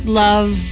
love